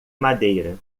madeira